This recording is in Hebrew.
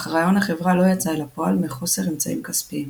אך רעיון החברה לא יצא אל הפועל מחוסר אמצעים כספיים.